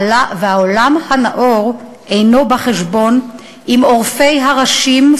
והעולם הנאור אינו בא חשבון עם עורפי הראשים,